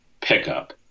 pickup